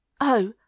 Oh